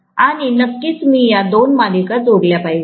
आणि नक्कीच मी या दोन मालिका जोडल्या पाहिजे